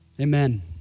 Amen